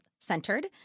centered